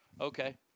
Okay